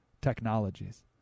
technologies